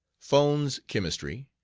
fowne's chemistry.